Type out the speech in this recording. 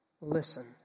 Listen